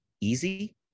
easy